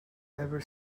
never